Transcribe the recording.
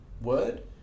word